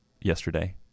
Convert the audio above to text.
yesterday